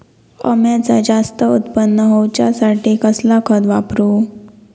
अम्याचा जास्त उत्पन्न होवचासाठी कसला खत वापरू?